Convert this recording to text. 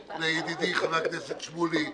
לידידי, חבר הכנסת שמולי,